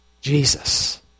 Jesus